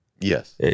yes